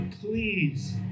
please